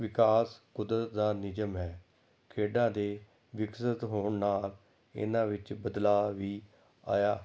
ਵਿਕਾਸ ਕੁਦਰਤ ਦਾ ਨਿਯਮ ਹੈ ਖੇਡਾਂ ਦੇ ਵਿਕਸਿਤ ਹੋਣ ਨਾਲ ਇਹਨਾਂ ਵਿੱਚ ਬਦਲਾਅ ਵੀ ਆਇਆ